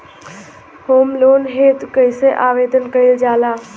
Home loan हेतु कइसे आवेदन कइल जाला?